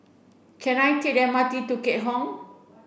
can I take the M R T to Keat Hong